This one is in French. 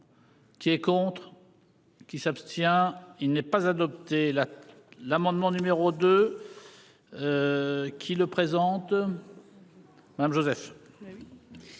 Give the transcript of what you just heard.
Qui est contre. Qui s'abstient. Il n'est pas adopté la l'amendement numéro 2. Qui le présente. Madame Joseph.